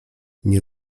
nie